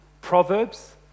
Proverbs